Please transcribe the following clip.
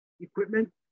equipment